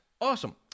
Awesome